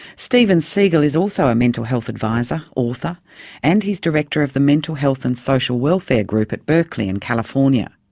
steven segal is also a mental health advisor and author and he's director of the mental health and social welfare group at berkeley in california.